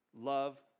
love